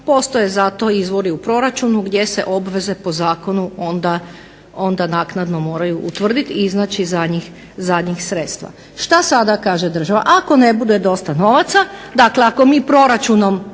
postoje za to izvori u proračunu gdje se obveze po zakonu onda naknadno moraju utvrditi, iznaći za njih sredstva. Šta sada kaže država? Ako ne bude dosta novaca, dakle ako mi proračunom